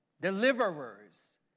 deliverers